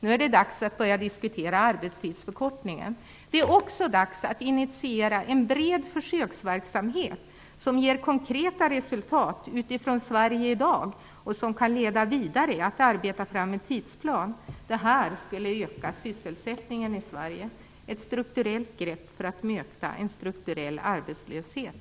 Nu är det dags att börja diskutera en arbetstidsförkortning. Det är också dags att initiera en bred försöksverksamhet som ger konkreta resultat utifrån Sverige i dag och som kan leda vidare när det gäller att arbeta fram en tidsplan. Detta skulle öka sysselsättningen i Sverige - ett strukturellt grepp för att möta en strukturell arbetslöshet!